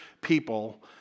people